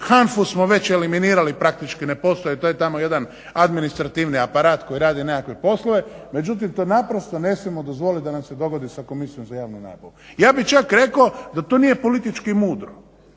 HANFA-u smo već eliminirali praktički ne postoji to je tamo jedan administrativni aparat koji radi nekakve poslove, međutim to naprosto ne smijemo dozvoliti da nam se dogodi sa Komisijom za javnu nabavu. Ja bih čak rekao da to nije politički mudro.